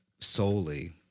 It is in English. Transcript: solely